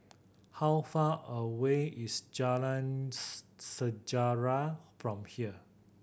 how far away is Jalan Sejarah from here